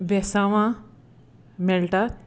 बेंसांवां मेळटात